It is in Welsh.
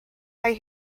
mae